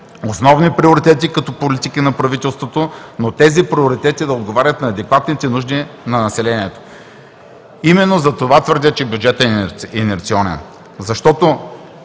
основни приоритети като политики на правителството, но тези приоритети да отговарят на адекватните нужди на населението. Именно затова твърдя, че бюджетът е инерционен,